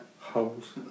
holes